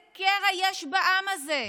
איזה קרע יש בעם הזה.